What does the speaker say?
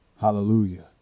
Hallelujah